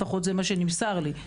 לפחות זה מה שנמסר לי.